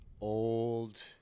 old